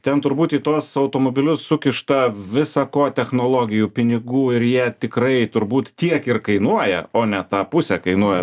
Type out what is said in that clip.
ten turbūt į tuos automobilius sukišta visa ko technologijų pinigų ir jie tikrai turbūt tiek ir kainuoja o ne tą pusę kainuoja